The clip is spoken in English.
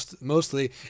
Mostly